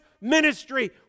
ministry